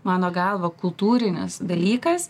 mano galva kultūrinis dalykas